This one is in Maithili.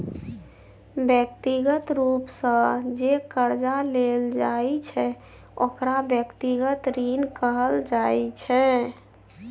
व्यक्तिगत रूप सँ जे करजा लेल जाइ छै ओकरा व्यक्तिगत ऋण कहल जाइ छै